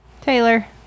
Taylor